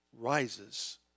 rises